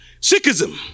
Sikhism